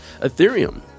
Ethereum